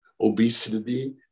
obesity